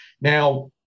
Now